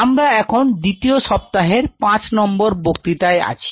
আমরা এখন দ্বিতীয় সপ্তাহের 5 এর বক্তৃতায় আছি